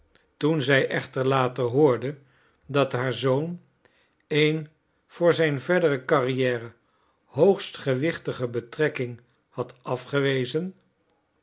toen zij echter later hoorde dat haar zoon een voor zijn verdere carrière hoogst gewichtige betrekking had afgewezen